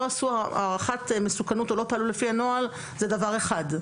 עשו הערכת מסוכנות או לא פעלו לפי הנוהל זה דבר אחד,